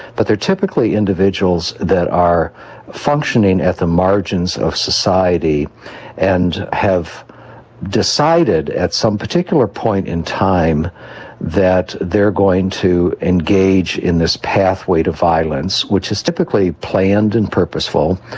but they are typically individuals that are functioning at the margins of society and have decided at some particular point in time that they are going to engage in this pathway to violence, which is typically planned and purposeful,